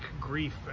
grief